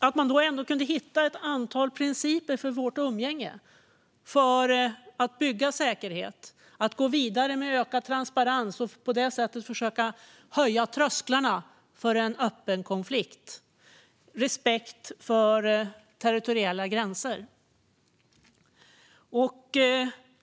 Då kunde man ändå hitta ett antal principer för vårt umgänge för att bygga säkerhet och gå vidare med ökad transparens och på det sättet försöka höja trösklarna för en öppen konflikt med respekt för territoriella gränser.